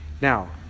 Now